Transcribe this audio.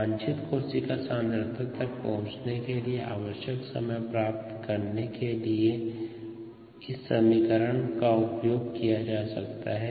वांछित कोशिका सांद्रता तक पहुंचने के लिए आवश्यक समय प्राप्त करने के लिए इस समीकरण का उपयोग किया जा सकता है